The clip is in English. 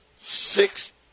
Six